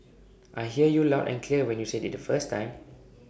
I heard you loud and clear when you said IT the first time